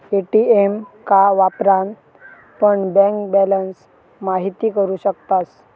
ATM का वापरान पण बँक बॅलंस महिती करू शकतास